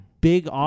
Big